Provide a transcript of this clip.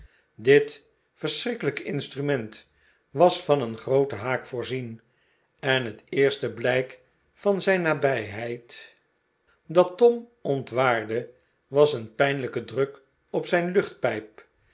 dit verschrikkelijke instrument was van een grooten haak voorzien en het eerste blijk van zijn nabijheid dat tom ontwaarde was een pijnlijke druk op zijn luchtpijp